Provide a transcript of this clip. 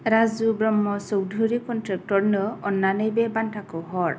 राजु ब्रह्म' चौधुरि कनट्रेक्टरनो अन्नानै बे बान्थाखौ हर